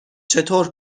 چطور